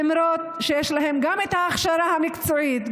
למרות שיש להם גם הכשרה מקצועית,